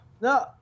No